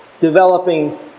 developing